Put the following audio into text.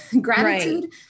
Gratitude